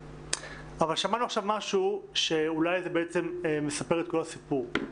אבל שמענו עכשיו משהו שאולי הוא בעצם מספר את כל הסיפור.